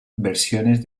versiones